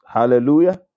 Hallelujah